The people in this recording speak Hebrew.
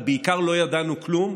ובעיקר לא ידענו כלום,